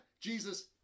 Jesus